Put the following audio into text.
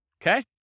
okay